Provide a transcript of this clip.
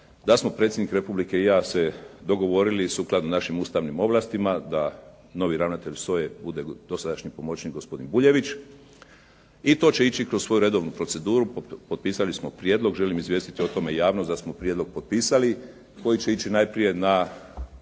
da smo predsjednik Republike i ja se dogovorili sukladno našim ustavnim ovlastima da novi ravnatelj SOA-e bude dosadašnji pomoćnik gospodin Buljević. I to će ići kroz svoju redovnu proceduru. Potpisali smo prijedlog. Želim izvijestiti o tome javnost da smo prijedlog potpisali koji će ići najprije na